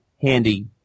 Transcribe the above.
handy